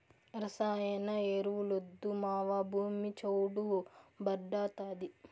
రసాయన ఎరువులొద్దు మావా, భూమి చౌడు భార్డాతాది